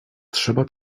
trzeba